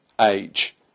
age